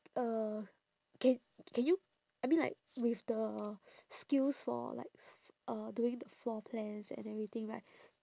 uh can can you I mean like with the skills for like uh doing the floor plans and everything right